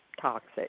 toxic